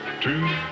two